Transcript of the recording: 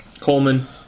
Coleman